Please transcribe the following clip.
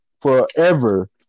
forever